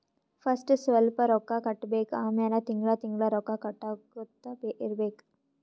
first ಸ್ವಲ್ಪ್ ರೊಕ್ಕಾ ಕಟ್ಟಬೇಕ್ ಆಮ್ಯಾಲ ತಿಂಗಳಾ ತಿಂಗಳಾ ರೊಕ್ಕಾ ಕಟ್ಟಗೊತ್ತಾ ಇರ್ಬೇಕ್